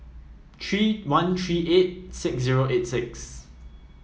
three one three eight six zero eight six